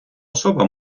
особа